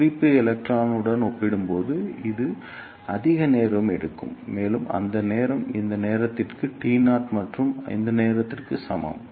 குறிப்பு எலக்ட்ரானுடன் ஒப்பிடும்போது இது அதிக நேரம் எடுக்கும் மேலும் அந்த நேரம் இந்த நேரத்திற்கு t0 மற்றும் இந்த நேரத்திற்கு சமம்